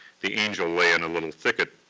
the angel lay in a little thicket.